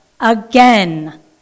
Again